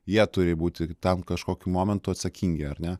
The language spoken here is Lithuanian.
jie turi būti tam kažkokiu momentu atsakingi ar ne